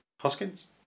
Hoskins